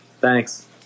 Thanks